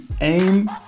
aim